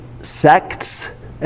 sects